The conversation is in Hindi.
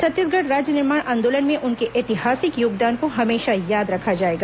छत्तीसगढ़ राज्य निर्माण आंदोलन में उनके ऐतिहासिक योगदान को हमेशा याद रखा जाएगा